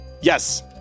Yes